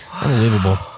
Unbelievable